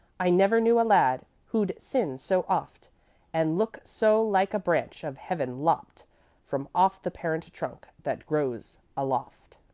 i never knew a lad who'd sin so oft and look so like a branch of heaven lopped from off the parent trunk that grows aloft.